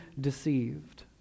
deceived